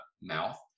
mouth